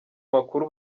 makuru